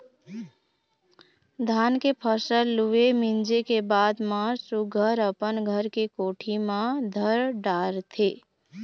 धान के फसल लूए, मिंजे के बाद म सुग्घर अपन घर के कोठी म धर डारथे